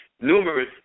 numerous